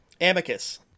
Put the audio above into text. Amicus